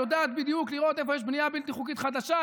יודעת בדיוק לראות איפה יש בנייה בלתי חוקית חדשה,